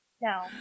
No